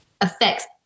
affects